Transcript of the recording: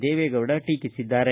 ದೇವೇಗೌಡ ಟೀಕಿಸಿದ್ದಾರೆ